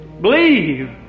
Believe